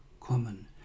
kommen